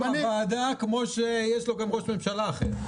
הוא בוועדה כמו שיש לו גם ראש ממשלה אחר.